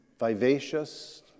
vivacious